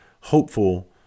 hopeful